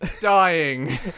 Dying